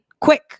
quick